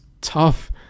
tough